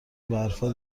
برفا